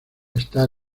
está